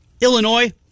illinois